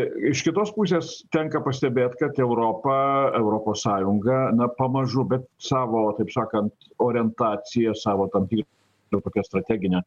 iš kitos pusės tenka pastebėt kad europa europos sąjunga na pamažu bet savo taip sakant orientaciją savo tam tikrą tokią strateginę